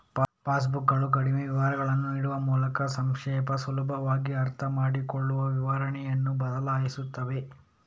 pass ಬುಕ್ಕುಗಳು ಕಡಿಮೆ ವಿವರಗಳನ್ನು ನೀಡುವ ಮೂಲಕ ಸಂಕ್ಷಿಪ್ತ, ಸುಲಭವಾಗಿ ಅರ್ಥಮಾಡಿಕೊಳ್ಳಲು ವಿವರಣೆಯನ್ನು ಬದಲಾಯಿಸುತ್ತವೆ